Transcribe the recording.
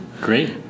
Great